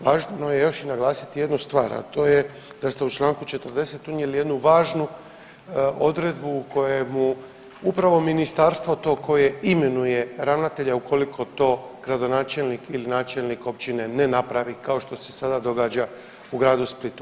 Važno je još i naglasiti jednu stvar, a to je da ste u čl. 40. unijeli jednu važnu odredbu u kojemu upravo ministarstvo to koje imenuje ravnatelje ukoliko to gradonačelnik ili načelnik općine ne napravi kao što se sada događa u gradu Splitu.